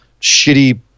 shitty